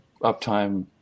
uptime